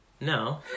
No